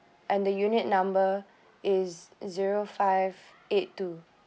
and the unit number is zero five eight two